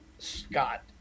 Scott